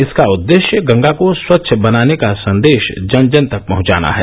इसका उददेश्य गंगा को स्वच्छ बनाने का संदेश जन जन तक पहुंचाना है